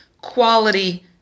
quality